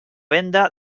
venda